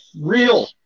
real